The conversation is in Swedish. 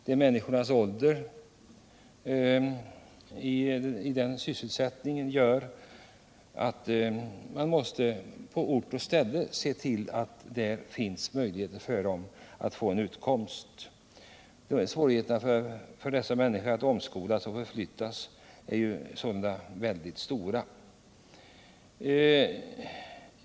Det förhållandet att människorna nått ganska hög ålder gör att man måste se till att det skapas möjligheter för dem att på ort och ställe få en utkomst. Svårigheterna för dessa människor att omskolas eller förflyttas är mycket stora.